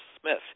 Smith